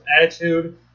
Attitude